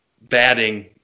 batting